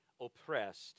oppressed